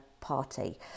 party